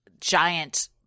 giant